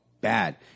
bad